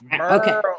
Okay